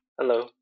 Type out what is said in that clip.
Hello